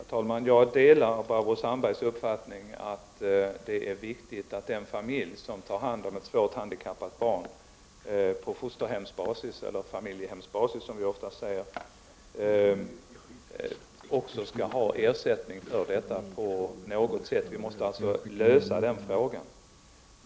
Herr talman! Jag delar Barbro Sandbergs uppfattning att det är viktigt att en familj som tar hand om ett svårt handikappat barn på fosterhemsbasis eller familjehemsbasis, som vi oftast säger, också på något sätt skall ha ersättning för detta. Vi måste lösa den frågan.